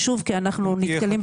כשהם בלי קשר לפגוע?